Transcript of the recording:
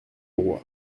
auroi